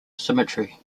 symmetry